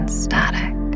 static